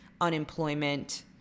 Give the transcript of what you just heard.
unemployment